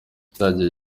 yatangiye